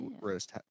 roast